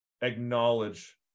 acknowledge